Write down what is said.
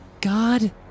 God